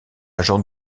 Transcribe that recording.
agent